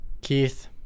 Keith